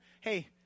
Hey